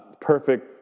Perfect